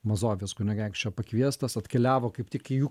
mazovijos kunigaikščio pakviestas atkeliavo kaip tik į jų